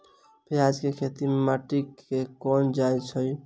प्याज केँ खेती केँ माटि मे कैल जाएँ छैय?